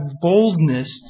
boldness